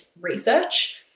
research